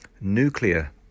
nuclear